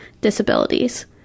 disabilities